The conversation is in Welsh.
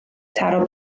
taro